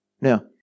Now